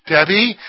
Debbie